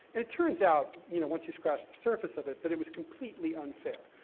it turns out, you know, once you scratch the surface of it, that it was completely unfair,